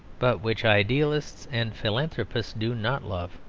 but which idealists and philanthropists do not love,